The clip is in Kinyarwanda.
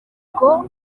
ubwo